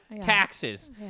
Taxes